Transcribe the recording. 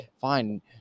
Fine